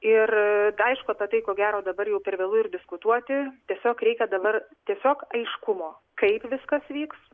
ir aišku apie tai ko gero dabar jau per vėlu ir diskutuoti tiesiog reikia dabar tiesiog aiškumo kaip viskas vyks